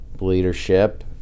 leadership